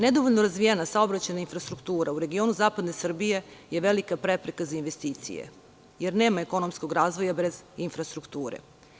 Nedovoljno razvijena saobraćajna infrastruktura u regionu zapadne Srbije je velika prepreka za investicije jer nema ekonomskog razvoja bez infrastrukture.